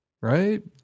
right